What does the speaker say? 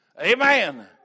Amen